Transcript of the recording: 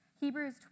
Hebrews